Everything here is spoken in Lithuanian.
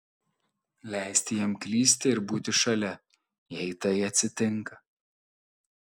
leisti jam klysti ir būti šalia jei tai atsitinka